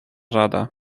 rada